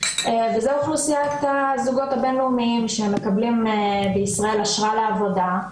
וזו אוכלוסיית הזוגות הבין לאומיים שהם מקבלים בישראל אשרה לעבודה,